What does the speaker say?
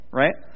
right